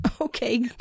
Okay